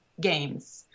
games